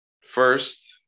First